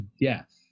death